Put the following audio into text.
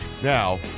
Now